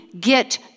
get